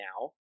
now